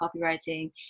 copywriting